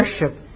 worship